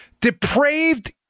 depraved